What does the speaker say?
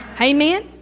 Amen